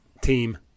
team